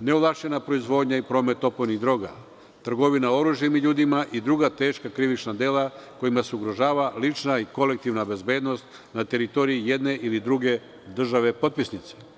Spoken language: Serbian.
neovlašćena proizvodnja i promet opojnih droga, trgovina oružjem i ljudima i druga teška krivična dela kojima se ugrožava lična i kolektivna bezbednost na teritoriji jedne ili druge države potpisnice.